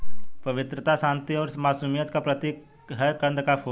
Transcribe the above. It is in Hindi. पवित्रता, शांति और मासूमियत का प्रतीक है कंद का फूल